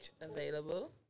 available